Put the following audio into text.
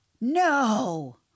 No